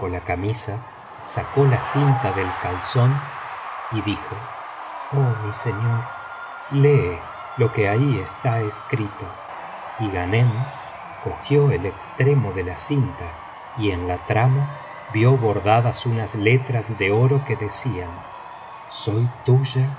la camisa sacó la cinta del calzón y dijo oh mi señor lee lo que ahí está escrito y ghanem cogió el extremo ele la cinta y en la trama vio bordadas unas letras do oro que decían soy tuya